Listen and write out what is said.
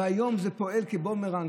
היום זה פועל כבומברג.